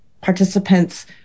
participants